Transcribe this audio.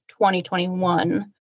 2021